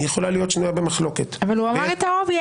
יכולה להיות שנויה במחלוקת -- אבל הוא אמר את ה-obvious.